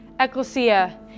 Ecclesia